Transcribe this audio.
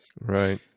Right